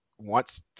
wants